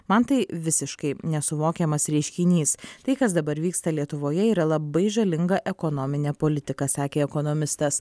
man tai visiškai nesuvokiamas reiškinys tai kas dabar vyksta lietuvoje yra labai žalinga ekonominė politika sakė ekonomistas